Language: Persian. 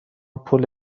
پول